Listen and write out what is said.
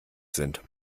sind